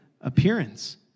appearance